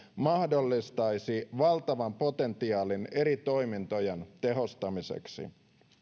mahdollistaisi valtavan potentiaalin eri toimintojen tehostamiseksi